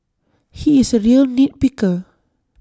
he is A real nit picker